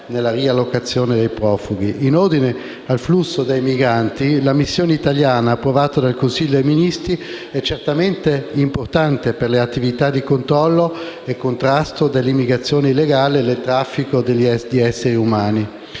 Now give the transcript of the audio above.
nella riallocazione dei profughi. In ordine al flusso dei migranti, la missione italiana approvata dal Consiglio dei ministri è certamente importante per le attività di controllo e contrasto dell'immigrazione illegale e del traffico di esseri umani.